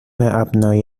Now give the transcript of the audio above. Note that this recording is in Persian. ابنای